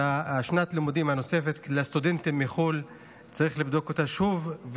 את שנת הלימודים הנוספת לסטודנטים מחו"ל צריך לבדוק שוב,